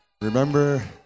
remember